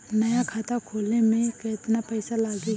नया खाता खोले मे केतना पईसा लागि?